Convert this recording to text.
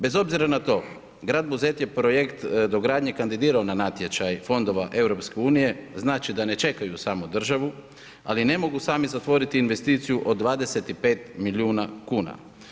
Bez obzira na to grad Buzet je projekt dogradnje kandidirao na natječaj fondova EU, znači da ne čekaju samo državu, ali ne mogu sami zatvoriti investiciju od 25 milijuna kuna.